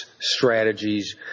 strategies